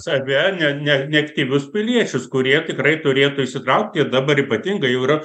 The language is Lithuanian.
save ne ne neaktyvius piliečius kurie tikrai turėtų įsitraukti ir dabar ypatingai jau yra